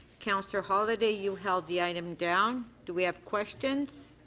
councillor holyday you held the item down. do we have questions.